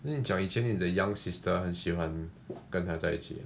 then 妳讲以前妳的 young sister 很喜欢跟他在一起